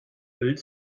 bild